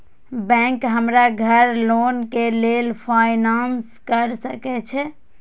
Bank हमरा घर loan के लेल फाईनांस कर सके छे?